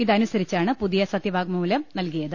ഇതനുസരിച്ചാണ് പുതിയ സത്യവാങ്മൂലം നൽകിയത്